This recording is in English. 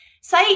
Say